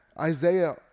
Isaiah